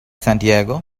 santiago